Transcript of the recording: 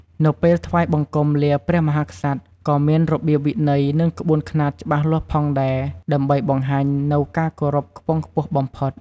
នៅពេលថ្វាយបង្គំលាព្រះមហាក្សត្រ ក៏មានរបៀបវិន័យ និងក្បួនខ្នាតច្បាស់លាស់ផងដែរ ដើម្បីបង្ហាញនូវការគោរពខ្ពស់បំផុត។